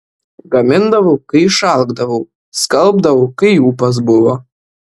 gamindavau kai išalkdavau skalbdavau kai ūpas buvo